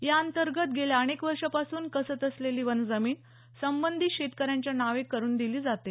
या अंतर्गत गेल्या अनेक वर्षांपासून कसत असलेली वनजमीन संबंधित शेतकऱ्यांच्या नावे करून दिली जाते